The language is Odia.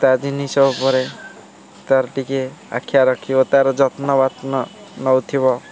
ତା ଜିନିଷ ଉପରେ ତା'ର ଟିକିଏ ଆଖ୍ୟା ରଖିବ ତା'ର ଯତ୍ନ ବାତନ୍ନ ନଉଥିବ